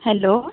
hello